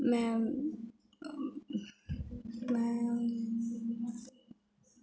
मैं मैं